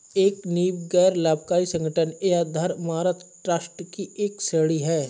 एक नींव गैर लाभकारी संगठन या धर्मार्थ ट्रस्ट की एक श्रेणी हैं